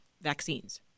vaccines